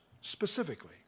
specifically